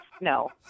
no